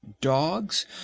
dogs